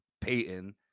Peyton